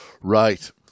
Right